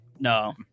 No